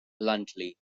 bluntly